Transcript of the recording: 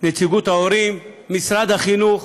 נציגות ההורים, משרד החינוך.